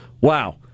wow